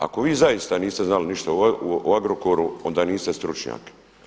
Ako vi zaista niste znali ništa o Agrokoru, onda niste stručnjak.